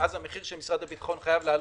ואז המחיר של משרד הביטחון חייב לעלות,